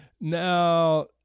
Now